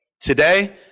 Today